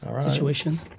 situation